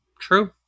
True